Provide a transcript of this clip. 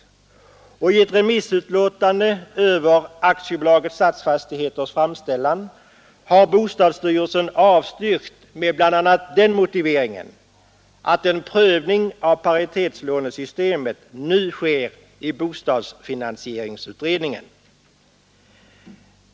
Och i ett remissutlåtande över AB Stadsfastigheters framställning har bostadsstyrelsen avstyrkt denna med bl.a. den motiveringen att en prövning av paritetslånesystemet nu sker i bostadsfinansieringsutredningen.